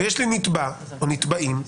ויש לי נתבע או נתבעים,